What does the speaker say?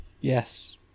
Yes